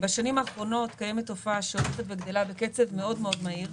בשנים האחרונות קיימת תופעה שהולכת וגדלה בקצב מאוד מאוד מהיר,